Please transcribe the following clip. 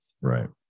Right